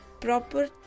proper